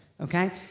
Okay